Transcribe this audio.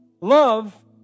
Love